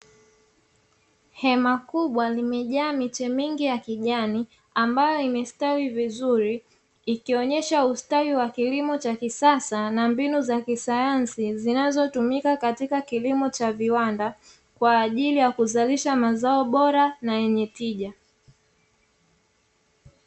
Hema kubwa limejaa miche mingi ya kijani ambayo imestawi vizuri, ikionyesha ustawi wa kilimo cha kisasa na mbinu za kisayansi zinazotumika katika kilimo cha viwanda, kwa ajili ya kuzalisha mazao bora na yenye tija.